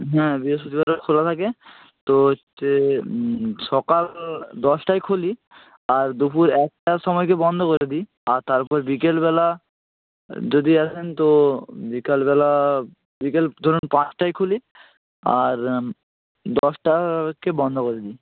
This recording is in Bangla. হ্যাঁ বৃহস্পতিবারও খোলা থাকে তো হচ্ছে সকাল দশটায় খুলি আর দুপুর একটার সময়কে বন্ধ করে দিই আর তারপর বিকেলবেলা যদি আসেন তো বিকেলবেলা বিকেল ধরুন পাঁচটায় খুলি আর দশটাকে বন্ধ করে দিই